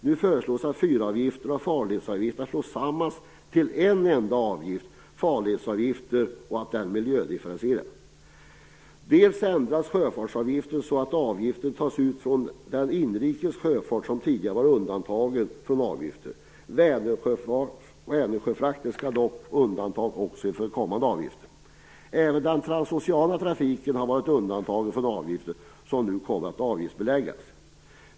Nu föreslås att fyravgifter och farledsavgifter slås samman till en enda avgift - farledsavgiften - och att den miljödifferentieras. Sjöfartsavgiften ändras så att avgiften tas ut från den inrikes sjöfart som tidigare varit undantagen från avgifter. Vänersjöfarten skall dock undantas också från kommande avgifter. Även den transoceana trafiken har varit undantagen från avgifter, och den kommer nu att avgiftsbeläggas.